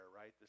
right